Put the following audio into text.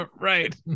Right